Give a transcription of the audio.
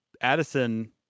Addison